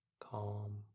Calm